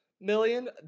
million